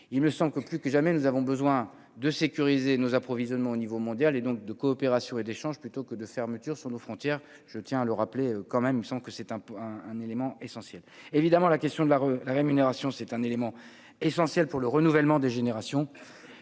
il me semble que plus que jamais nous avons besoin de sécuriser nos approvisionnements au niveau mondial et donc, de coopération et d'échanges plutôt que de fermeture sur nos frontières, je tiens à le rappeler, quand même, sans que c'est un un, un élément essentiel, évidemment la question de la rémunération, c'est un élément essentiel pour le renouvellement des générations,